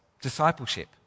discipleship